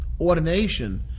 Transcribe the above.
ordination